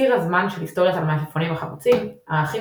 ציר הזמן של היסטורית המלפפונים החמוצים ערכים